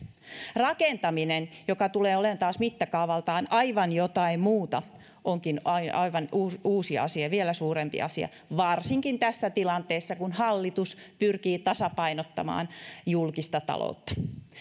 rakentaminen joka tulee olemaan taas mittakaavaltaan aivan jotain muuta onkin aivan uusi uusi asia vielä suurempi asia varsinkin tässä tilanteessa kun hallitus pyrkii tasapainottamaan julkista taloutta